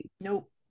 nope